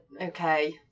okay